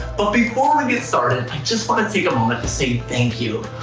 but before we get started i just want to take a moment to say thank you.